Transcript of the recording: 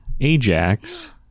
Ajax